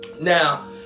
Now